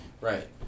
Right